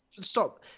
stop